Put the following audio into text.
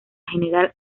general